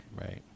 right